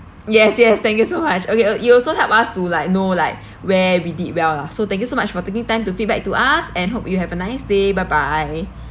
yes yes thank you so much okay uh you also help us to like know like where we did well lah so thank you so much for taking time to feedback to us and hope you have a nice day bye bye